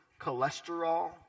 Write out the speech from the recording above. cholesterol